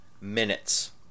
minutes